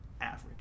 average